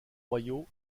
royaux